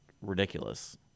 ridiculous